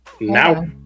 Now